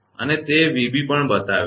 અને તે 𝑣𝑏 પણ બતાવે છે